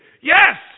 yes